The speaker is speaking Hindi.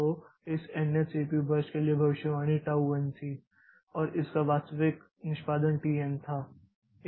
तो इस nth सीपीयू बर्स्ट के लिए भविष्यवाणी टाऊ एन थी और इसका वास्तविक निष्पादन t n था